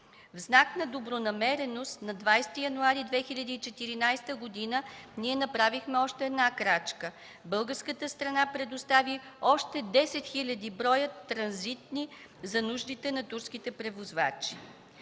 В знак на добронамереност на 20 януари 2014 г. ние направихме още една крачка – българската страна предостави още 10 хил. броя транзитни за нуждите на турските превозвачи!